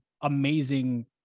amazing